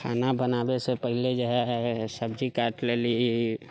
खाना बनाबैसँ पहले जेहै सब्जी काटि लेलीह